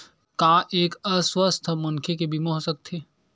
का एक अस्वस्थ मनखे के बीमा हो सकथे?